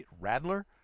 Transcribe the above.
Rattler